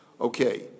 Okay